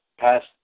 past